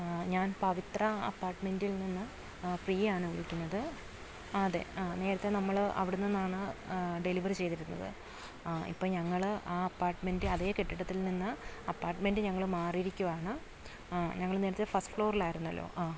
ഞാൻ പവിത്ര അപ്പാർട്ട്മെൻറ്റിൽ നിന്ന് പ്രിയ ആണ് വിളിക്കുന്നത് അതെ ആ നേരത്തെ നമ്മള് അവിടെ നിന്നാണ് ഡെലിവറി ചെയ്തിരുന്നത് ആ ഇപ്പം ഞങ്ങള് ആ അപ്പാർട്മെൻറ്റ് അതേ കെട്ടിടത്തിൽ നിന്ന് അപ്പാർട്ട്മെൻറ്റ് ഞങ്ങള് മാറിയിരിക്കുവാണ് ഞങ്ങള് നേരത്തെ ഫസ്റ്റ് ഫ്ലോറിലായിരുന്നല്ലോ